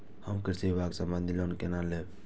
हम कृषि विभाग संबंधी लोन केना लैब?